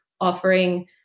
offering